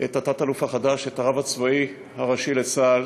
את התת-אלוף החדש, את הרב הצבאי הראשי לצה"ל,